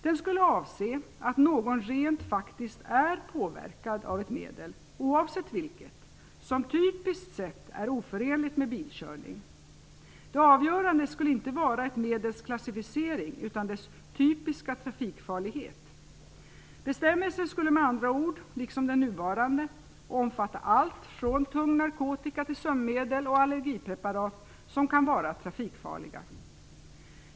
Den skulle avse att någon rent faktiskt är påverkad av ett medel, oavsett vilket, som typiskt sett är oförenligt med bilkörning. Det avgörande skulle inte vara ett medels klassificering, utan dess typiska trafikfarlighet. Bestämmelsen skulle med andra ord, liksom den nuvarande, omfatta allt, från tung narkotika till sömnmedel och allergipreparat, som kan vara trafikfarligt.